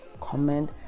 comment